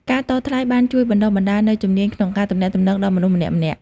ការតថ្លៃបានជួយបណ្តុះបណ្តាលនូវជំនាញក្នុងការទំនាក់ទំនងដល់មនុស្សម្នាក់ៗ។